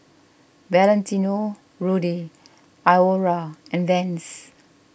Valentino Rudy Iora and Vans